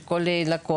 של כל לקוח,